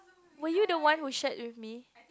were you the one who shared with me